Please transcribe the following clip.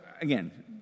again